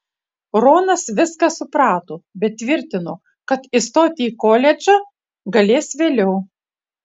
ronas viską suprato bet tvirtino kad įstoti į koledžą galės vėliau